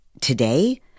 today